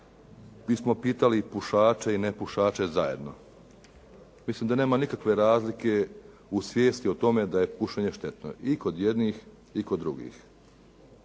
bismo pitali pušače i nepušače zajedno, mislim da nema nikakve razlike u svijesti o tome da je pušenje štetno i kod jednih i kod drugih.